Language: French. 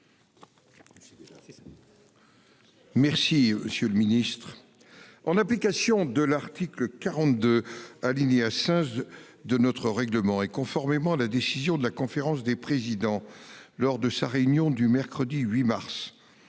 Merci, monsieur le Ministre, en application de l'article 42 alinéa 5 de notre règlement et conformément à la décision de la conférence des présidents lors de sa réunion du mercredi 8 mars.